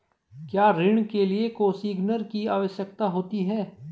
क्या ऋण के लिए कोसिग्नर की आवश्यकता होती है?